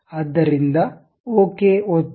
ಆದ್ದರಿಂದ ಓಕೆ ಒತ್ತಿ